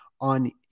on